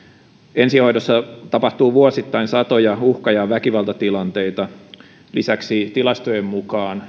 ensihoidossa tapahtuu vuosittain satoja uhka ja väkivaltatilanteita lisäksi tilastojen mukaan